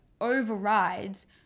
overrides